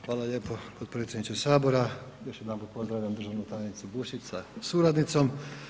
Hvala lijepo potpredsjedniče Sabora, još jedanput pozdravljam državnu tajnicu Bušić sa suradnicom.